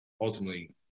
ultimately